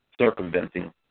circumventing